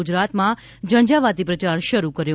ગુજરાતમાં ઝંઝાવાતી પ્રચાર શરૂ કર્યો